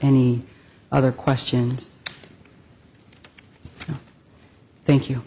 any other questions thank you